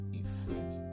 effect